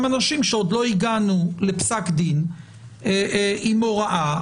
אנשים שעוד לא הגענו לפסק דין עם הוראה,